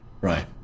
Right